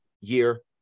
year